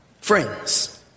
friends